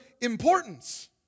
importance